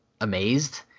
amazed